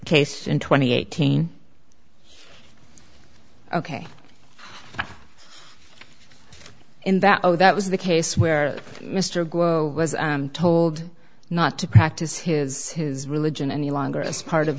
case in twenty eighteen ok in that oh that was the case where mr gore was told not to practice his his religion any longer as part of